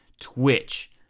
Twitch